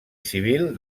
civil